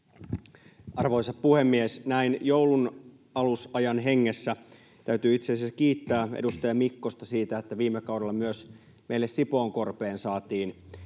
Arvoisa puhemies! Näin joulunalusajan hengessä täytyy itse asiassa kiittää edustaja Mikkosta siitä, että viime kaudella myös meille Sipoonkorpeen saatiin